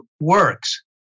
works